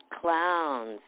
clowns